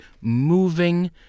moving